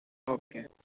okay